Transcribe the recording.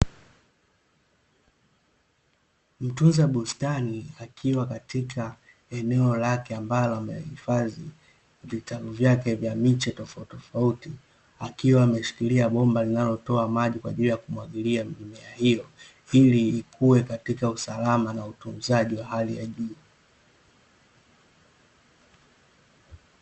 Mtunza bustani akiwa katika eneo lake ambalo amehifadhi vitalu vyake vya miche tofautitofauti akiwa ameshikilia bomba linalotoa maji kwajili ya kumwagilia mimea hiyo ili ikuwe katika usalama na utunzaji wa hali ya juu.